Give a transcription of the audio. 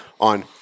on